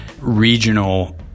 regional